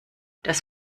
das